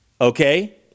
okay